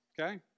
Okay